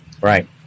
right